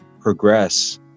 progress